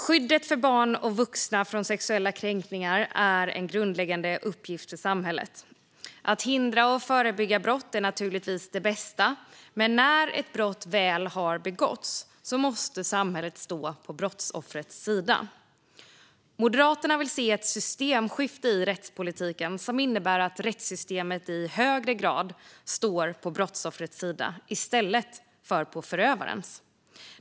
Skyddet för barn och vuxna från sexuella kränkningar är en grundläggande uppgift för samhället. Att hindra och förebygga brott är naturligtvis det bästa, men när ett brott väl har begåtts måste samhället stå på brottsoffrets sida. Moderaterna vill se ett systemskifte i rättspolitiken, som innebär att rättssystemet i högre grad står på brottsoffrets sida i stället för på förövarens.